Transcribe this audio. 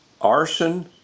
arson